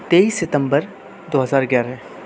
تیئیس ستمبر دو ہزار گیارہ